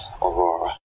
Aurora